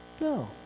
No